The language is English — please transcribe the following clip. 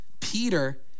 Peter